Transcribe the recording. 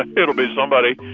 ah it'll be somebody